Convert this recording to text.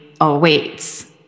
awaits